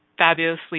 Fabulously